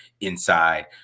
inside